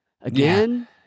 again